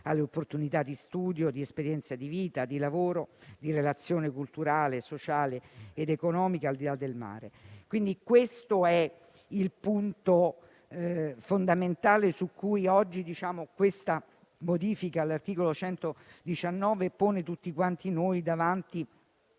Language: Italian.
alle opportunità di studio, di esperienze di vita, di lavoro e di relazione culturale, sociale ed economica al di là del mare. Ecco il punto fondamentale su cui poggia la modifica all'articolo 119 della Costituzione, ponendo